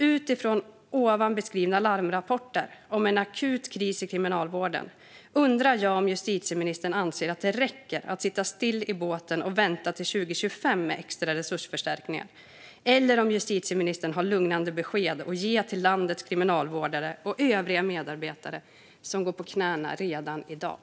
Utifrån ovan beskrivna larmrapporter om en akut kris i Kriminalvården undrar jag om justitieministern anser att det räcker att sitta still i båten och vänta till 2025 med extra resursförstärkningar eller om justitieministern har lugnande besked att ge till landets kriminalvårdare och övriga medarbetare som går på knäna redan i dag.